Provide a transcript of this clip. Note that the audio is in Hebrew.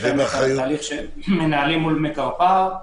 יש תהליך של מנהלים מול קרפ"ר.